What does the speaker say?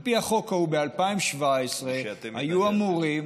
על פי החוק ההוא, ב-2017 היו אמורים,